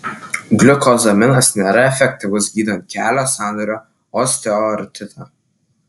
gliukozaminas nėra efektyvus gydant kelio sąnario osteoartritą